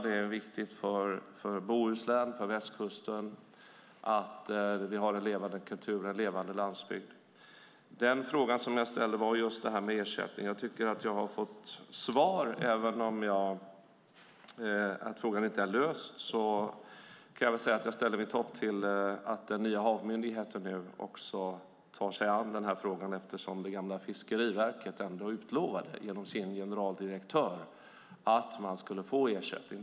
Det är viktigt för Bohuslän och för västkusten att vi har en levande kultur och en levande landsbygd. Jag ställde frågan om ersättning. Jag tycker att jag har fått svar. Även om frågan inte är löst sätter jag mitt hopp till att den nya HaV-myndigheten också tar sig an den här frågan eftersom det gamla Fiskeriverket genom sin generaldirektör utlovade att man skulle få ersättning.